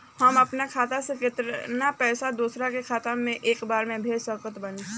हम अपना खाता से केतना पैसा दोसरा के खाता मे एक बार मे भेज सकत बानी?